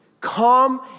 come